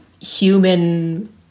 human